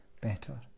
better